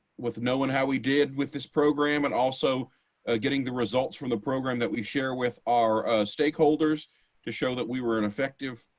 with knowing how we did with this program and also getting the results from the program that we share with our stakeholders to show that we were an effective,